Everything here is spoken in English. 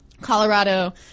Colorado